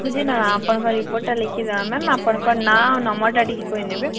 ଖୁଜିନେମା ଆପଣ୍ଙ୍କର୍ ରିପୋର୍ଟ୍ଟା ଲେଖିଦେମା ମ୍ୟାମ୍ ଆପଣ୍ଙ୍କର୍ ନାଁ ଆଉ ନମ୍ବର୍ଟା ଟିକେ କହିନେବେ